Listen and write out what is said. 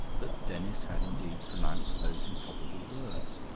that denis had indeed pronounced those improbable words.